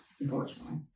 Unfortunately